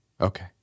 okay